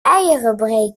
eieren